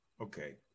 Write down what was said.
Okay